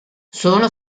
sono